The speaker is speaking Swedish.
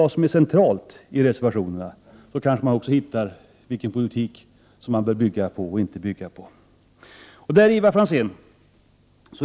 Då hittar ni kanske också vilken politik man bör bygga på och vad man inte bör bygga på.